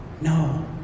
No